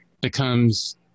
becomes